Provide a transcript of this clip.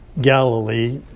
Galilee